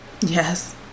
Yes